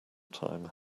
time